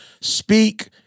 speak